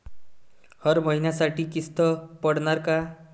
हर महिन्यासाठी किस्त पडनार का?